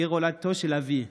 עיר הולדתו של אבי.